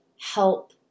help